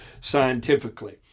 scientifically